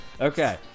Okay